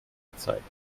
zeiten